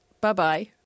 Bye-bye